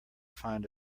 find